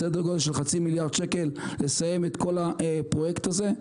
אז כחצי מיליארד שקל לסיים את כל הפרויקט הזה.